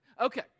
okay